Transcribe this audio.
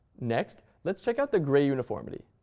next, let's check out the gray uniformity.